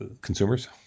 consumers